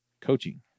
coaching